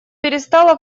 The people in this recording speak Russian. перестало